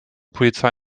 polizei